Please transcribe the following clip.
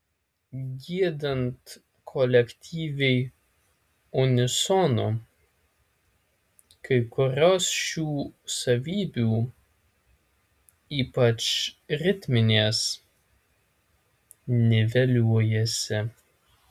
giedant kolektyviai unisonu kai kurios šių savybių ypač ritminės niveliuojasi